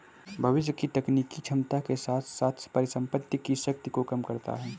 भविष्य की तकनीकी क्षमता के साथ साथ परिसंपत्ति की शक्ति को कम करता है